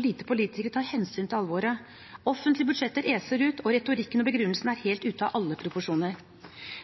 lite politikere tar hensyn til alvoret. Offentlige budsjetter eser ut, og retorikken og begrunnelsene er helt ute av alle proporsjoner.